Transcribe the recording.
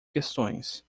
questões